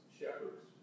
shepherds